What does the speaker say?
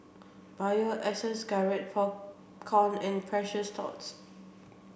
Bio Essence Garrett Popcorn and Precious Thots